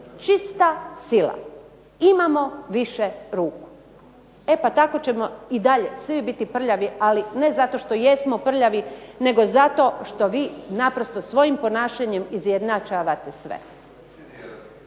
Čista sila. Imamo više ruku. E pa tako ćemo i dalje svi biti prljavi ali ne zato što jesmo prljavi nego zato što vi naprosto svojim ponašanjem izjednačavate sve.